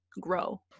grow